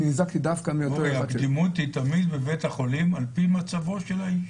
תמיד הקדימות בבית החולים היא על פי מצבו של האיש.